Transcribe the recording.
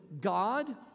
God